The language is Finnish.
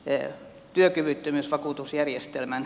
arvoisa puhemies